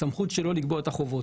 הסמכות שלו לקבוע את החובות.